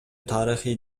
тарыхый